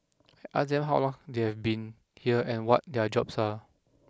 I asked them how long they have been here and what their jobs are